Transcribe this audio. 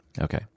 Okay